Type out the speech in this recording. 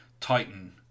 Titan